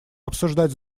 обсуждать